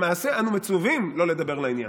למעשה אנו מצווים שלא לדבר לעניין,